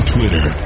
Twitter